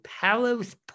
Palos